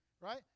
right